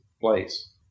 place